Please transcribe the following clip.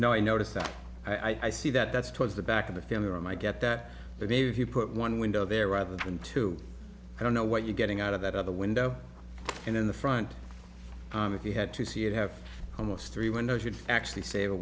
now i notice that i see that that's towards the back of the family room i get that but maybe if you put one window there rather than two i don't know what you getting out of that other window and in the front if you had to see it have almost three windows would actually save a